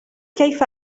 كيف